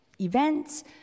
events